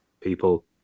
people